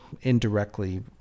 indirectly